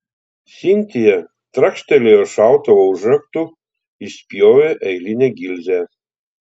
sintija trakštelėjo šautuvo užraktu išspjovė eilinę gilzę